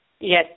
Yes